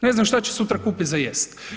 Ne zna što će sutra kupiti za jesti.